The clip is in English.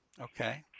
Okay